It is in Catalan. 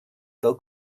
del